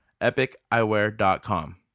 epiceyewear.com